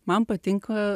man patinka